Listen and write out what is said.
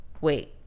wait